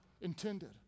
intended